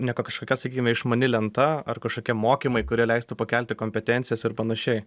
ne kažkokia sakykime išmani lenta ar kažkokie mokymai kurie leistų pakelti kompetencijas ir panašiai